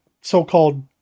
so-called